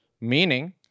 meaning